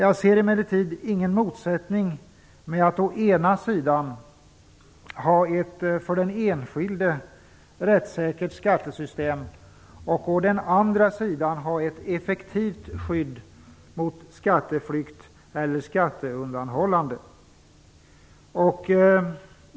Jag ser emellertid ingen motsättning mellan att å ena sidan ha ett för den enskilde rättssäkert skattesystem och å den andra sidan ha ett effektivt skydd mot skatteflykt eller skatteundanhållande.